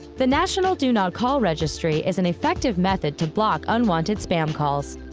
the national do not call registry is an effective method to block unwanted spam calls.